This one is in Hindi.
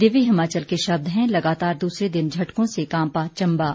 दिव्य हिमाचल के शब्द हैं लगातार दूसरे दिन झटकों से कांपा चम्बा